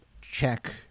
check